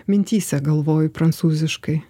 mintyse galvoju prancūziškai